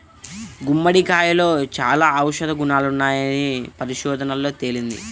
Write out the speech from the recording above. గుమ్మడికాయలో చాలా ఔషధ గుణాలున్నాయని పరిశోధనల్లో తేలింది